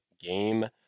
game